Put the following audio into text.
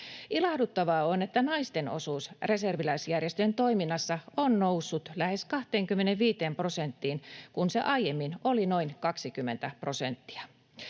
Ilahduttavaa on, että naisten osuus reserviläisjärjestöjen toiminnassa on noussut lähes 25 prosenttiin, kun se aiemmin oli noin 20 prosenttia.